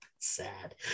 sad